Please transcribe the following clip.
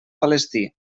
palestí